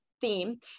theme